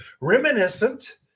reminiscent